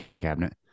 cabinet